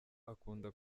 akunda